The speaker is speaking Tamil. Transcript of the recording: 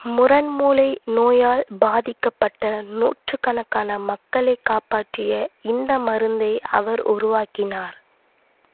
முரண்மூளை நோயால் பாதிக்கப்பட்ட நூற்றுக்கணக்கான மக்களைக் காப்பாற்றிய இந்த மருந்தை அவர் உருவாக்கினார்